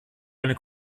eine